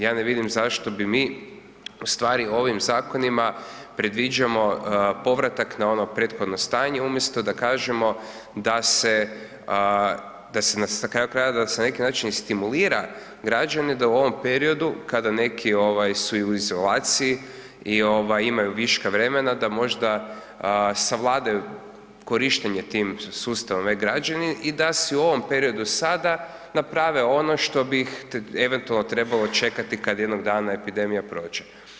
Ja ne vidim zašto bi mi ustvari ovim zakonima predviđamo povratak na ono prethodno stanje umjesto da kažemo da se na kraju krajeva, da se na neki način i stimulira građane da u ovom periodu kada neki su i u izolaciji i imaju viška vremena, da možda savladaju korištenje tim sustavom E-građanin i da si u ovom periodu sada naprave ono što bi eventualno trebalo čekati kad jednog dana epidemija prođe.